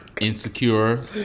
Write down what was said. Insecure